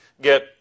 Get